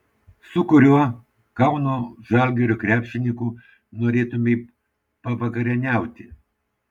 su kuriuo kauno žalgirio krepšininku norėtumei pavakarieniauti